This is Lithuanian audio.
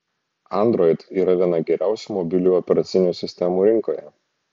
android yra viena geriausių mobiliųjų operacinių sistemų rinkoje